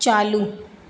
चालू